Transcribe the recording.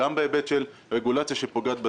גם בהיבט של רגולציה שפוגעת בתעשייה.